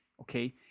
okay